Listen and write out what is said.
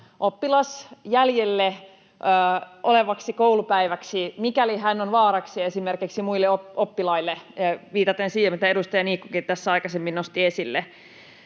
oppilas jäljellä olevaksi koulupäiväksi, mikäli hän on vaaraksi esimerkiksi muille oppilaille — viitaten siihen, mitä edustaja Niikkokin tässä aikaisemmin nosti esille.